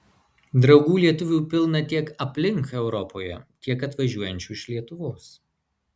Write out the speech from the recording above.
draugų lietuvių pilna tiek aplink europoje tiek atvažiuojančių iš lietuvos